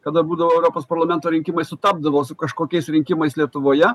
kada būdavo europos parlamento rinkimai sutapdavo su kažkokiais rinkimais lietuvoje